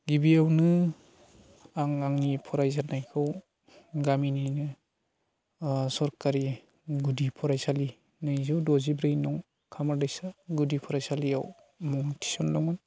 गिबियावनो आं आंनि फरायजेननायखौ गामिनिनो ओ सरखारि गुदि फरायसालि नैजौ द'जिब्रै नं खामारदैसा गुदि फरायसालियाव मुं थिसनदोंमोन